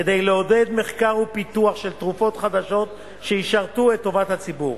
כדי לעודד מחקר ופיתוח של תרופות חדשות שישרתו את טובת הציבור,